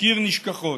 אזכיר נשכחות,